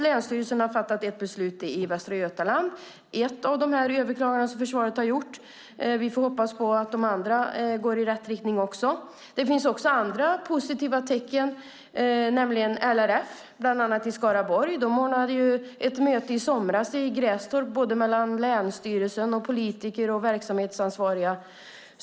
Länsstyrelsen har fattat ett beslut i Västra Götaland, ett av de överklaganden som försvaret har gjort. Vi får hoppas att det går i rätt riktning även med de andra. Det finns också andra positiva tecken. LRF i Skaraborg ordnade i somras ett möte i Grästorp mellan länsstyrelsen, politiker och verksamhetsansvariga.